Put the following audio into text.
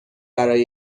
برای